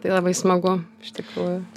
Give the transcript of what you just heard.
tai labai smagu iš tikrųjų